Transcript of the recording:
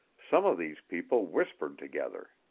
some of these people whispered together.